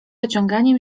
ociąganiem